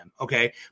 okay